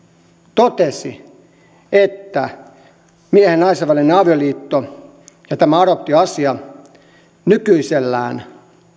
totesi että miehen ja naisen välinen avioliitto ja tämä adoptioasia nykyisellään